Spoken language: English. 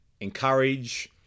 encourage